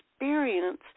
experience